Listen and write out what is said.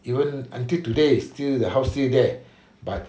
even until today is still the house still there but